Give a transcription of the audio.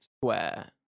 square